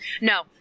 No